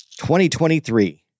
2023